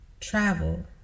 Travel